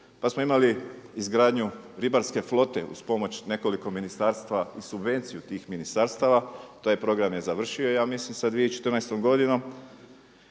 Pa smo imali izgradnju ribarske flote uz pomoć nekoliko ministarstava i subvenciju tih ministarstava. Taj program je završio ja mislim sa 2014. godinom.